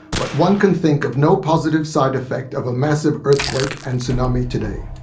but one can think of no positive side effect of a massive earthquake and tsunami today.